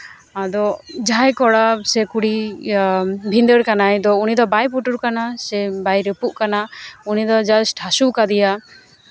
ᱟᱫᱚ ᱡᱟᱦᱟᱸᱭ ᱠᱚᱲᱟ ᱥᱮ ᱠᱩᱲᱤ ᱵᱷᱤᱸᱫᱟᱲ ᱠᱟᱱᱟᱭ ᱫᱚ ᱩᱱᱤ ᱫᱚ ᱵᱟᱭ ᱯᱩᱴᱩᱨ ᱠᱟᱱᱟ ᱥᱮ ᱵᱟᱭ ᱨᱟᱹᱯᱩᱫ ᱠᱟᱱᱟ ᱩᱱᱤᱫᱚ ᱡᱟᱥᱴ ᱦᱟᱹᱥᱩ ᱠᱟᱫᱮᱭᱟ